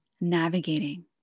navigating